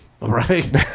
Right